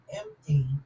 empty